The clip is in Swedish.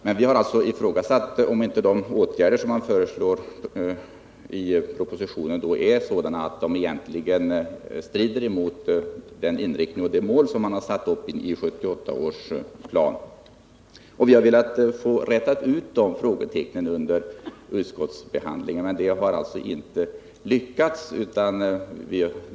Men vi misstänker att de åtgärder man föreslår i propositionen egentligen är sådana att de strider mot den inriktning och de mål man har satt upp i 1978 års plan. Vi har velat klara ut de frågetecknen under utskottsbehandlingen, men det har inte lyckats.